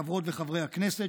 חברות וחברי הכנסת,